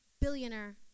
billionaire